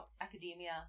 academia